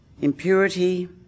impurity